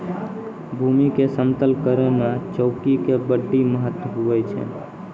भूमी के समतल करै मे चौकी के बड्डी महत्व हुवै छै